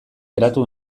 geratu